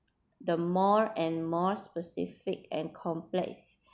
the more and more specific and complex